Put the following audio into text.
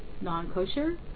non-kosher